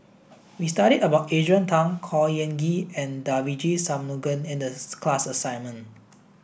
we studied about Adrian Tan Khor Ean Ghee and Devagi Sanmugam in the class assignment